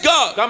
God